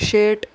शेट